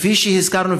כפי שהזכרנו,